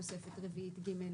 תוספת רביעית ג'.